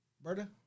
Berta